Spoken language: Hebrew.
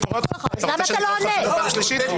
אתה רוצה שאני אקרא אותך לסדר פעם שלישית?